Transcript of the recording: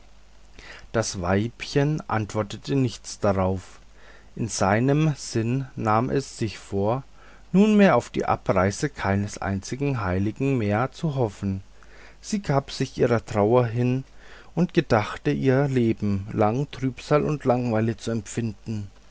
das weibchen antwortete nichts darauf in seinem sinne nahm es sich vor nunmehr auf die abreise keines einzigen heiligen mehr zu hoffen sie gab sich ihrer trauer hin und gedachte ihr leben lang trübsal und langeweile zu empfinden